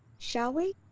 shall we?